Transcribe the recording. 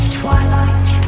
twilight